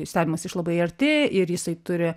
stebimas iš labai arti ir jisai turi